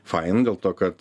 fain dėl to kad